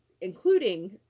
including